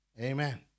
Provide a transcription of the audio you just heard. Amen